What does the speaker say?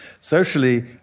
socially